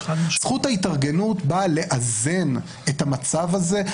זכות ההתארגנות באה לאזן את המצב הזה,